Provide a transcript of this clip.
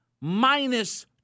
minus